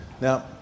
Now